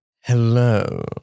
hello